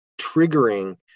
triggering